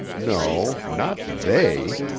no, not they.